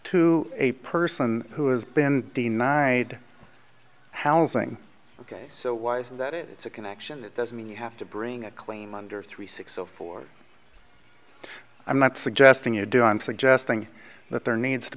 to a person who has been denied housing ok so why is that it's a connection that doesn't mean you have to bring a claim under three six zero four i'm not suggesting you do i'm suggesting that there needs to